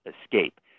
escape